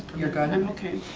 you're good? i'm okay.